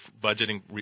budgeting